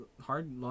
hard